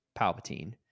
Palpatine